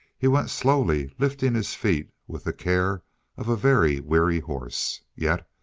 he went slowly, lifting his feet with the care of a very weary horse. yet,